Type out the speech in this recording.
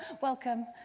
welcome